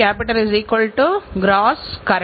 Honda ஏன் வெற்றிகரமாக இருக்கிறது